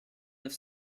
neuf